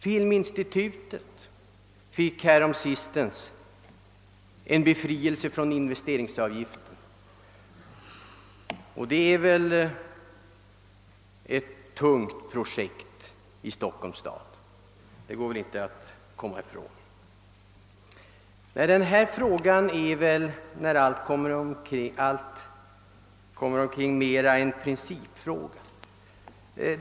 Filminstitutet fick häromsistens befrielse från investeringsavgift för sitt bygge, och det måste väl betecknas som ett tungt projekt i Stockholms stad? Detta är väl när allt kommer omkring en principfråga.